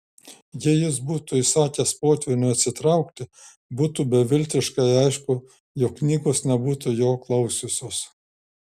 jei jis būtų įsakęs potvyniui atsitraukti būtų beviltiškai aišku jog knygos nebūtų jo klausiusios